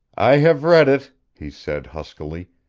i have read it, he said huskily,